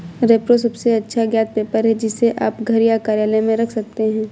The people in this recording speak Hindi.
रेप्रो सबसे अच्छा ज्ञात पेपर है, जिसे आप घर या कार्यालय में रख सकते हैं